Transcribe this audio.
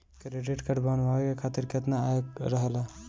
Credit card बनवाए के खातिर केतना आय रहेला?